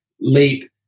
late